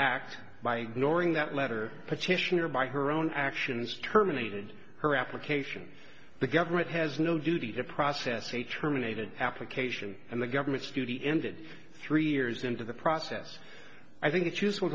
act by nor in that letter petitioner by her own actions terminated her application the government has no duty to process a terminated application and the government's duty ended three years into the process i think it's useful